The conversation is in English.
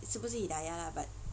it's supposed to be hidayah lah but